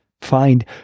find